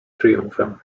triumfem